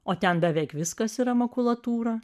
o ten beveik viskas yra makulatūra